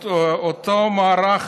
אותו מערך